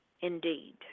Indeed